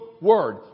Word